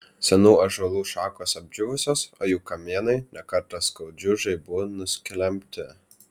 senų ąžuolų šakos apdžiūvusios o jų kamienai ne kartą skaudžių žaibų nusklembti